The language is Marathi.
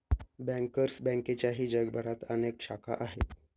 बँकर्स बँकेच्याही जगभरात अनेक शाखा आहेत